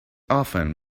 often